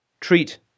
treat